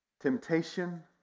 Temptation